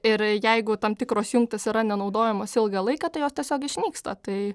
ir jeigu tam tikros jungtys yra nenaudojamos ilgą laiką tai jos tiesiog išnyksta tai